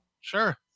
Sure